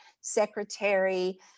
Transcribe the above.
secretary